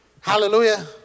Hallelujah